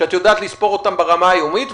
שאת יודעת לספור אותם ברמה היומית,